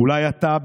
"אולי אתה,